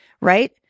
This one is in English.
right